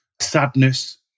sadness